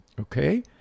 okay